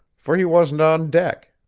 for he wasn't on deck,